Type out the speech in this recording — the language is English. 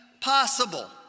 possible